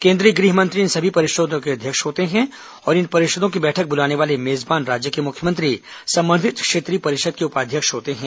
केंद्रीय गृह मंत्री इन सभी परिषदों के अध्यक्ष होते हैं और इन परिषदों की बैठक बुलाने वाले मेजबान राज्य के मुख्यमंत्री संबंधित क्षेत्रीय परिषद के उपाध्यक्ष होते हैं